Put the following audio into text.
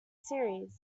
series